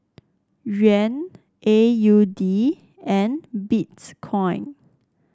Yuan A U D and Bitcoin